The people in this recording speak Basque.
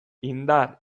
indar